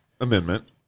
Amendment